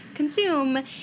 consume